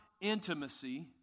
intimacy